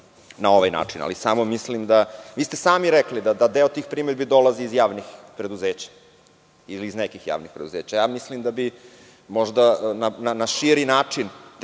na ovaj način. Vi ste sami rekli da deo tih primedbi dolazi iz javnih preduzeća ili iz nekih javnih preduzeća. Mislim da bi možda na širi način